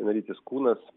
vienalytis kūnas